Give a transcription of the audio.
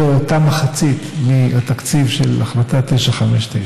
זו אותה מחצית מהתקציב של החלטה 959,